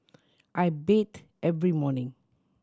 I bathe every morning